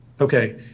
Okay